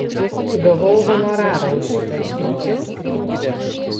gavau honorarą už šitą išminties skrynią